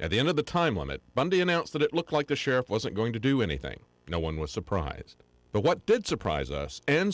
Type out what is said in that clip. at the end of the time limit bundy announced that it looked like the sheriff wasn't going to do anything no one was surprised but what did surprise us and